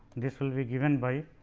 this will be given by